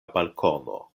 balkono